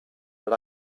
but